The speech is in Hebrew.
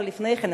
אבל לפני כן,